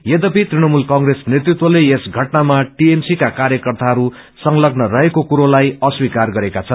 यद्यपि तृणमूल कंप्रेस नेतृत्वले यस घटनामा टीएमसीका कार्यकर्ताहरू संगलग्न रहेको कुरोलाई अस्वीकार गरेका छन्